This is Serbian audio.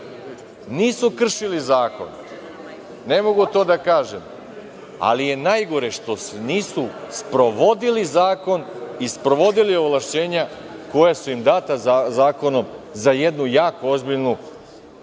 nisu kršili zakon. Ne mogu to da kažem, ali je najgore što nisu sprovodili zakon i sprovodili ovlašćenja koja su im data zakonom za jednu jako ozbiljnu